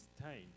time